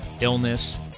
illness